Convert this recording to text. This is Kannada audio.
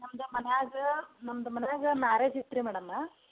ನಮ್ದು ಮನೆಯಾಗೆ ನಮ್ದು ಮನೆಯಾಗೆ ಮ್ಯಾರೇಜ್ ಇತ್ರಿ ಮೇಡಮ್